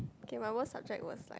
okay my worst subject was like